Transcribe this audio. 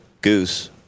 Goose